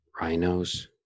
Rhinos